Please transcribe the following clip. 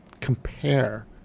compare